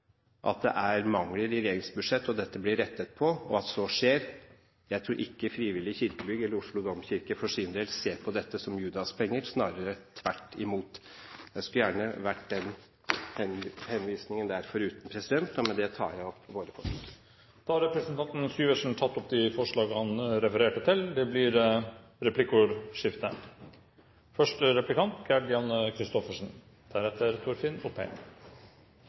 at det er mangler i regjeringens budsjetter, at dette blir rettet på, og at så skjer. Jeg tror ikke privateide kirkebygg eller Oslo domkirke for sin del ser på dette som Judas-penger, snarere tvert imot. Jeg skulle gjerne vært den henvisningen foruten. Med det tar jeg opp våre forslag. Representanten Hans Olav Syversen har tatt opp de forslag han refererte til. Det blir replikkordskifte.